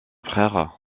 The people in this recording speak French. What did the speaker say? frère